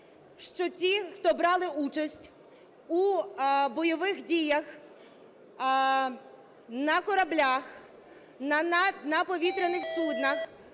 що ті, хто брали участь у бойових діях на кораблях, на повітряних суднах,